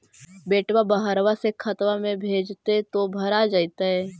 बेटा बहरबा से खतबा में भेजते तो भरा जैतय?